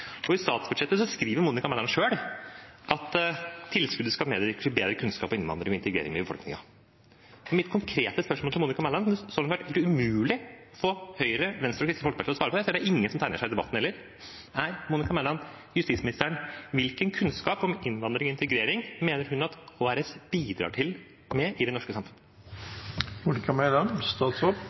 I statsbudsjettet skriver Monica Mæland selv at tilskuddet skal medvirke til bedre kunnskap om innvandring og integrering i befolkningen. Mitt konkrete spørsmål til Monica Mæland – og det har vært umulig å få Høyre, Venstre og Kristelig Folkeparti til å svare på det, og jeg ser at ingen har tegnet seg til debatten heller – er: Hvilken kunnskap om innvandring og integrering mener justisministeren at HRS bidrar med i